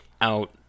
out